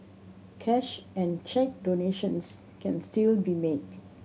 cash and cheque donations can still be made